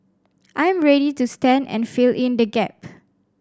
I'm ready to stand and fill in the gap